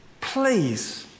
please